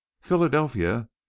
Philadelphia